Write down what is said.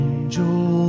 Angel